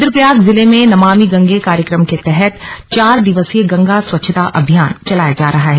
रुद्रप्रयाग जिले में नमामि गंगे कार्यक्रम के तहत चार दिवसीय गंगा स्वच्छता अभियान चलाया जा रहा है